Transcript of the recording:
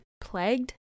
plagued